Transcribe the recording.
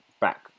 back